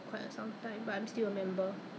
but 我都忘记了只是最近